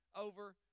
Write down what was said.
over